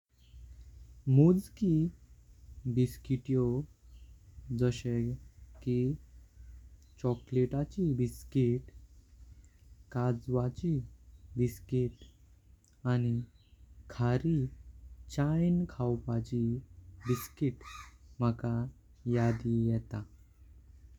मोजकी बिस्किटियो जसे की, चॉकलेटची बिस्किट, काजवाची बिस्किट। आणि खारी चायनी खावपाची बिस्किट मला यादी येता।